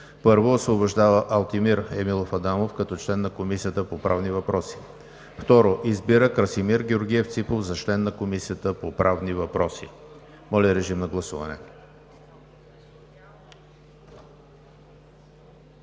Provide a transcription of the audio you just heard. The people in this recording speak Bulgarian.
1. Освобождава Алтимир Емилов Адамов като член на Комисията по правни въпроси. 2. Избира Красимир Георгиев Ципов за член на Комисията по правни въпроси.“ Моля, режим на гласуване.